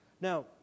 Now